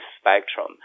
spectrum